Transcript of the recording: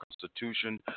Constitution